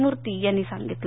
मृती यांनी सांगितलं